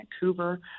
Vancouver